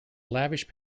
lavish